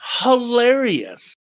hilarious